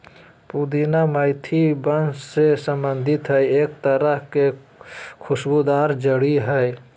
पुदीना मेंथा वंश से संबंधित ई एक तरह के खुशबूदार जड़ी हइ